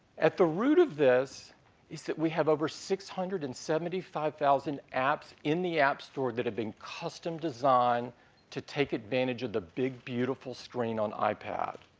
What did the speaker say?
at the root of this is that we have over six hundred and seventy five thousand apps in the app store that have been custom designed to take advantage of the big beautiful screen on ipad.